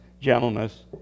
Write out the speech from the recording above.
gentleness